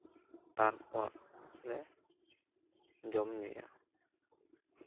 ᱛᱟᱨᱯᱚᱨ ᱞᱮ ᱡᱚᱢ ᱧᱩᱭᱟ